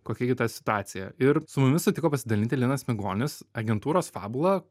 kokia gi ta situacija ir su mumis sutiko pasidalinti linas migonis agentūros fabula